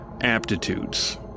aptitudes